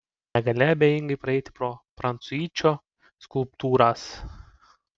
negali abejingai praeiti pro prancuičio skulptūras